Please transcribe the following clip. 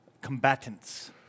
Combatants